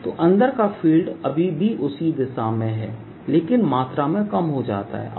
तो अंदर का फील्ड अभी भी उसी दिशा में है लेकिन मात्रा में कम हो जाता है